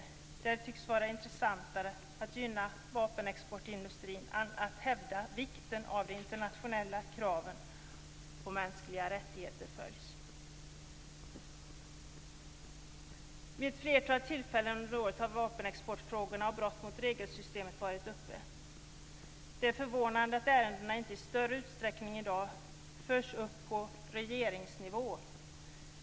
I dessa fall tycks det vara intressantare att gynna vapenexportindustrin än att hävda vikten av att de internationella kraven på mänskliga rättigheter följs. Vid ett flertal tillfällen under året har vapenexportfrågorna och brott mot regelsystemet varit uppe. Det är förvånande att ärendena i dag inte i större utsträckning förs upp på regeringsnivå.